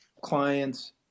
clients